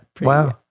wow